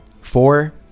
Four